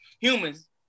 humans